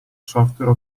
software